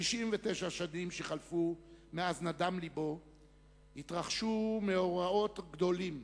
ב-69 השנים שחלפו מאז נדם לבו של ז'בוטינסקי התרחשו מאורעות גדולים,